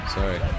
sorry